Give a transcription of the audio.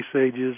ages